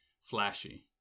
flashy